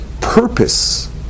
Purpose